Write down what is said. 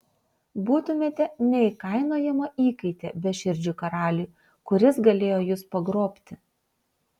būtumėte neįkainojama įkaitė beširdžiui karaliui kuris galėjo jus pagrobti